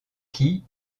qui